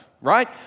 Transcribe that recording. right